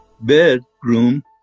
bedroom